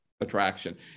attraction